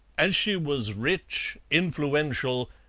as she was rich, influential,